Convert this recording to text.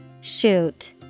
Shoot